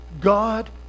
God